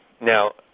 Now